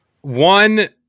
One